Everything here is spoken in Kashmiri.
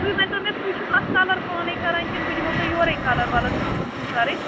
تُہۍ ؤنۍتو مےٚ تُہۍ چھِو اَتھ کَلَر پانَے کَران کِنہٕ بہٕ دِمہو تۄہہِ یورَے کَلَر وَلَر کٕم کٕم چھُو کَرٕنۍ